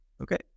Okay